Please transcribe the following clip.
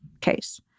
case